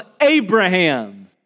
Abraham